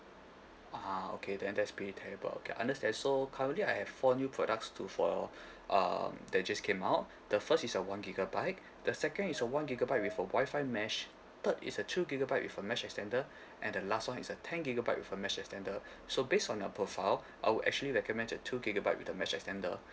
ah okay then that's pretty terrible okay I understand so currently I have four new products to for um that just came out the first is a one gigabyte the second is a one gigabyte with a wifi mesh third is a two gigabyte with a mesh extender and the last one is a ten gigabyte with a mesh extender so based on your profile I would actually recommend the two gigabyte with the mesh extender